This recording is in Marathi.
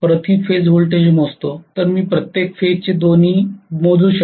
प्रति फेज व्होल्टेज मोजतो तर मी प्रत्येक फेज चे दोन्ही मोजू शकतो